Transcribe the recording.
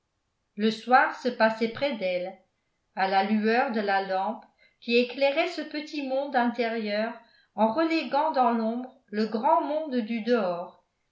le soir se passait près d'elle à la lueur de la lampe qui éclairait ce petit monde intérieur en reléguant dans l'ombre le grand monde du dehors